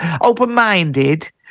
open-minded